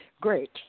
Great